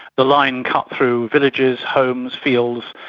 the line cut through villages, homes, fields,